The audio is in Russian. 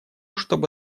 чтобы